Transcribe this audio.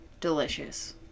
Delicious